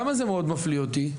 למה זה מאוד מפליא אותי?